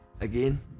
Again